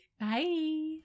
bye